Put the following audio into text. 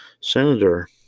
senator